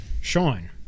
Sean